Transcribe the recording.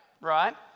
right